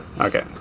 Okay